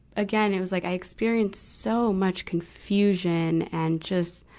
again, it was like i experienced so much confusion and just,